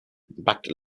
backed